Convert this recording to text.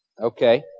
Okay